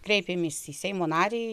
kreipėmės į seimo narį